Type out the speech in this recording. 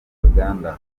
uganda